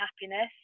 happiness